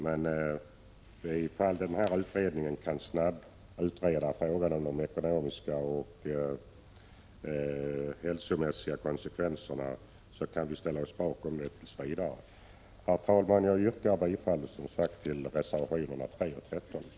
Men ifall den föreslagna utredningen kan snabbutreda de ekonomiska och hälsomässiga konsekvenserna, kan vi tills vidare ställa oss bakom ett sådant förslag. Herr talman! Jag yrkar, som sagt, bifall till reservationerna 3 och 13.